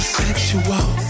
sexual